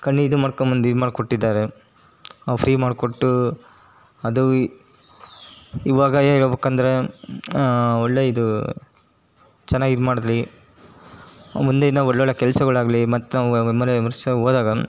ಕಣ್ಣಿಂದ್ ಮಾಡ್ಕೊಂಬಂದು ಇದು ಮಾಡ್ಕೊಟ್ಟಿದ್ದಾರೆ ಅವು ಫ್ರೀ ಮಾಡಿಕೊಟ್ಟು ಅದು ಇವಾಗ ಹೇಳ್ಬೇಕಂದ್ರೆ ಒಳ್ಳೆಯ ಇದು ಚೆನ್ನಾಗಿ ಇದು ಮಾಡ್ಲಿ ಮುಂದಿನ ಒಳ್ಳೊಳ್ಳೆಯ ಕೆಲ್ಸಗಳಾಗ್ಲಿ ಮತ್ತು ವರ್ಷ ಹೋದಾಗ